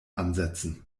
ansetzen